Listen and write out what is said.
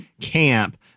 camp